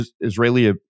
Israeli